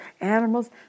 animals